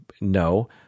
No